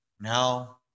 Now